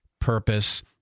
purpose